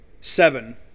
seven